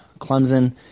Clemson